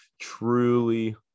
truly